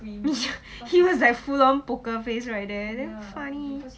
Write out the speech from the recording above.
ya he was like poker face right there damn funny